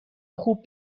خوب